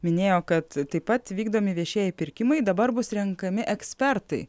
minėjo kad taip pat vykdomi viešieji pirkimai dabar bus renkami ekspertai